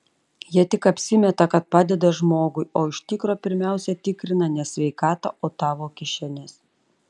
jie tik apsimeta kad padeda žmogui o iš tikro pirmiausia tikrina ne sveikatą o tavo kišenes